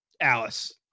alice